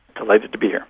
delighted to be here.